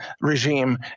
regime